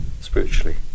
spiritually